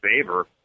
favor